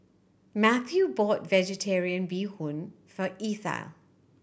Mathew bought Vegetarian Bee Hoon for Ethyl